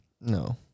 No